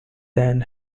than